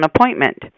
appointment